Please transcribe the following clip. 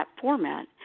format